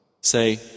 Say